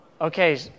Okay